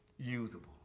usable